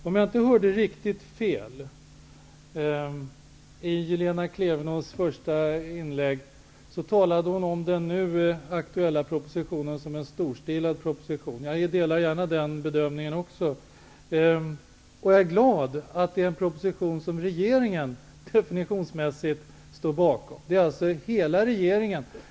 Om jag inte hörde riktigt fel i Lena Klevenås första inlägg, talade hon om den nu aktuella propositionen som en storstilad proposition. Jag delar gärna den bedömningen. Jag är också glad över att det är en proposition som regeringen definitionsmässigt står bakom, alltså hela regeringen.